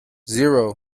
zero